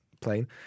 plane